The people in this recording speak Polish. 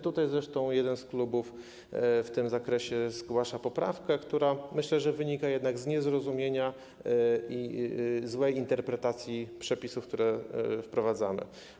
Tutaj zresztą jeden z klubów w tym zakresie zgłasza poprawkę, która, myślę, że wynika jednak z niezrozumienia i złej interpretacji przepisów, które wprowadzamy.